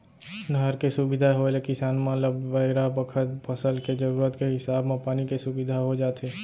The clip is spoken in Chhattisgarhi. नहर के सुबिधा होय ले किसान मन ल बेरा बखत फसल के जरूरत के हिसाब म पानी के सुबिधा हो जाथे